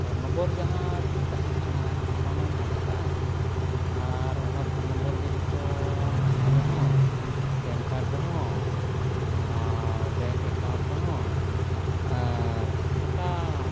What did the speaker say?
ᱡᱟᱦᱟᱸᱛᱤᱧ ᱛᱟᱦᱮᱸᱠᱟᱱᱟ ᱚᱱᱟᱢᱟᱧ ᱟᱫ ᱟᱠᱟᱫᱼᱟ ᱟᱨ ᱚᱱᱟ ᱜᱮᱛᱚ ᱨᱮᱦᱚᱸ ᱨᱮᱦᱚᱸ ᱟᱨ ᱨᱮᱦᱚᱸ ᱟᱨ ᱜᱴᱟ